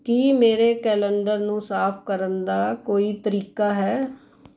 ਕੀ ਮੇਰੇ ਕੈਲੰਡਰ ਨੂੰ ਸਾਫ਼ ਕਰਨ ਦਾ ਕੋਈ ਤਰੀਕਾ ਹੈ